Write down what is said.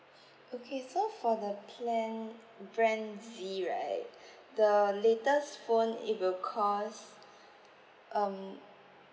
okay so for the plan brand Z right the latest phone it will cost um